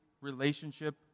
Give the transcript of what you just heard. relationship